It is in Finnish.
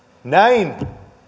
näin